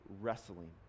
wrestling